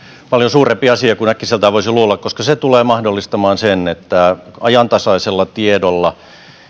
paljon suurempi asia kuin äkkiseltään voisi luulla koska se tulee mahdollistamaan sen että ajantasaisella tiedolla